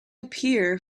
appear